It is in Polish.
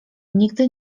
nigdy